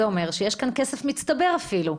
זה אומר שיש כאן כסף מצטבר אפילו.